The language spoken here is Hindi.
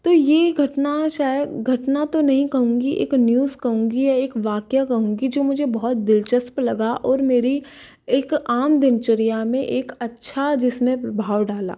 तो यह घटना शायद घटना तो नहीं कहूँगी एक न्यूज कहूँगी या एक वाक्य कहूँगी जो मुझे बहुत दिलचस्प लगा और मेरी एक आम दिनचर्या में एक अच्छा जिसने प्रभाव डाला